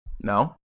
No